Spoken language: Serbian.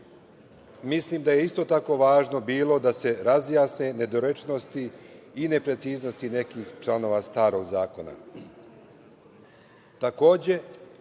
mislim da je isto tako važno bilo da se razjasne nedorečenosti i nepreciznosti nekih članova starog zakona.